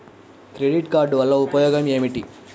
Credit card వల్ల ఉపయోగం ఏమిటీ?